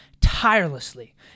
tirelessly